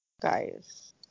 guys